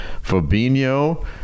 Fabinho